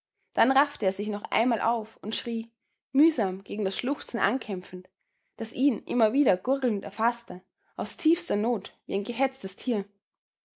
dann raffte er sich noch einmal auf und schrie mühsam gegen das schluchzen ankämpfend das ihn immer wieder gurgelnd erfaßte aus tiefster not wie ein gehetztes tier